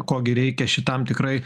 ko gi reikia šitam tikrai